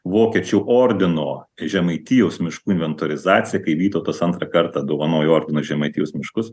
vokiečių ordino žemaitijos miškų inventorizaciją kai vytautas antrą kartą dovanojo ordinui žemaitijos miškus